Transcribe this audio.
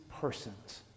persons